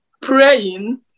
praying